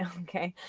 ah okay.